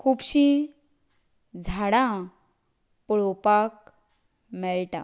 खुबशीं झाडां पळोवपाक मेळटा